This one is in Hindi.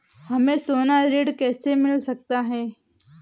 हमें सोना ऋण कैसे मिल सकता है?